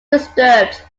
disturbed